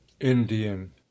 indian